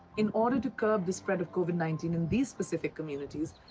in order to curb the spread of covid nineteen in these specific communities,